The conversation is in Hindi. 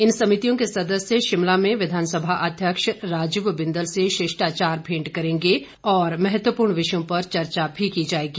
इन समितियों के सदस्य शिमला में विधानसभा अध्यक्ष राजीव बिंदल से शिष्टाचार मेंट करेंगे और कई महत्वपूर्ण विषयों पर चर्चा भी की जाएगी